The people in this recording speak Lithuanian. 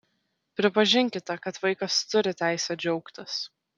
pripažinkite kad vaikas turi teisę džiaugtis